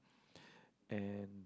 and